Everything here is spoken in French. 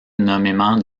nommément